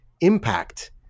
impact